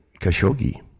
Khashoggi